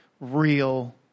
real